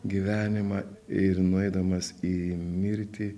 gyvenimą ir nueidamas į mirtį